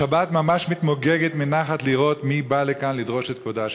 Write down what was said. השבת ממש מתמוגגת מנחת לראות מי בא לכאן לדרוש את כבודה.